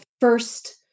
first